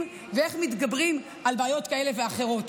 ואיך מתגברים על בעיות כאלה ואחרות.